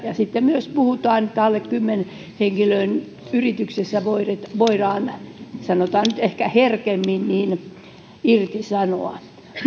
ja sitten myös puhutaan että alle kymmenen henkilön yrityksissä voidaan sanotaan nyt ehkä näin herkemmin irtisanoa